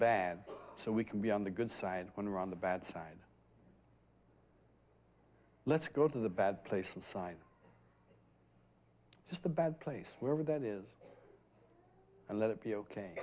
bad so we can be on the good side when we're on the bad side let's go to the bad place inside just a bad place wherever that is and let it be ok